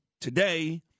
today